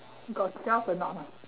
got twelve or not [huh]